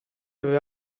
aveva